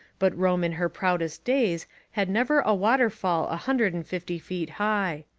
but rome in her proudest days had never a waterfall a hundred and fifty feet high.